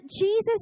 Jesus